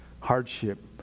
hardship